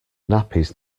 nappies